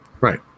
right